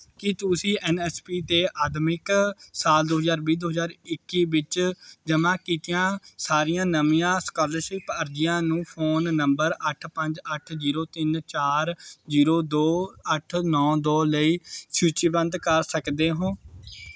ਕੀ ਤੁਸੀਂ N S P 'ਤੇ ਆਦਮਿਕ ਸਾਲ ਦੋ ਹਜ਼ਾਰ ਵੀਹ ਦੋ ਹਜ਼ਾਰ ਇੱਕੀ ਵਿੱਚ ਜਮ੍ਹਾਂ ਕੀਤੀਆਂ ਸਾਰੀਆਂ ਨਵੀਆਂ ਸਕਾਲਰਸ਼ਿਪ ਅਰਜ਼ੀਆਂ ਨੂੰ ਫ਼ੋਨ ਨੰਬਰ ਅੱਠ ਪੰਜ ਅੱਠ ਜੀਰੋ ਤਿੰਨ ਚਾਰ ਜੀਰੋ ਦੋ ਅੱਠ ਨੌ ਦੋ ਲਈ ਸੂਚੀਬੱਧ ਕਰ ਸਕਦੇ ਹੋਂ